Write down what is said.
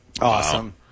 Awesome